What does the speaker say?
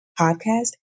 podcast